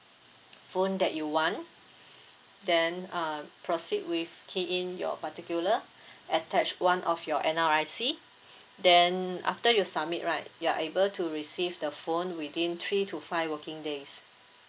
phone that you want then uh proceed with key in your particular attach one of your N_R_I_C then after you submit right you are able to receive the phone within three to five working days